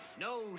No